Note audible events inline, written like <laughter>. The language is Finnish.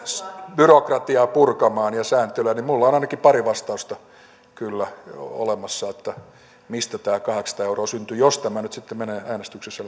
byrokratiaa ja sääntelyä purkamaan minulla on ainakin pari vastausta kyllä olemassa että mistä tämä kahdeksansataa euroa syntyy jos tämä nyt sitten menee äänestyksessä <unintelligible>